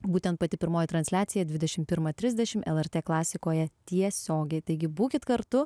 būtent pati pirmoji transliacija dvidešim pirmą trisdešim lrt klasikoje tiesiogiai taigi būkit kartu